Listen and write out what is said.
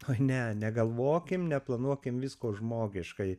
o ne negalvokime neplanuokime visko žmogiškai